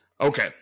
Okay